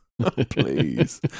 please